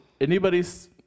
anybody's